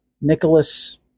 Nicholas